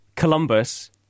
columbus